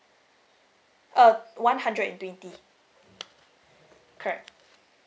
uh one hundred and twenty correct